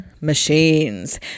machines